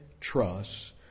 trust